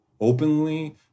openly